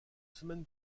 semaines